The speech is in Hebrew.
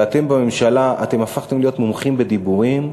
ואתם בממשלה, אתם הפכתם להיות מומחים בדיבורים.